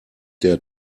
der